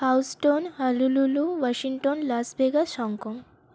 Houston Honolulu Washington Las Vegas Hong Kong